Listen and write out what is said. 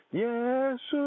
Yes